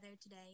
today